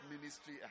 ministry